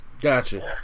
Gotcha